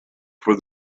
for